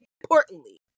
importantly